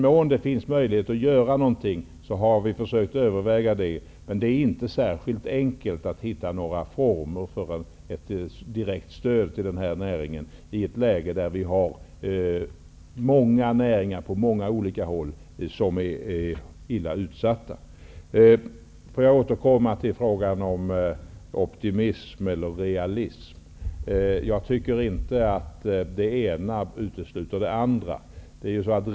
Vi har övervägt olika åtgärder, men det är inte helt enkelt att finna former för ett direkt stöd till den här näringen i ett läge där många branscher på många olika håll är illa utsatta. Får jag återkomma till frågan om optimism och realism. Jag tycker inte att det ena utesluter det andra.